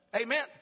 Amen